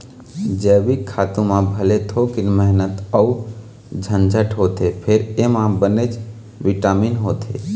जइविक खातू म भले थोकिन मेहनत अउ झंझट होथे फेर एमा बनेच बिटामिन होथे